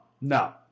No